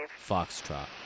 Foxtrot